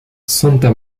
santa